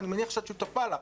ואני מניח שאת שותפה לה,